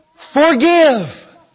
Forgive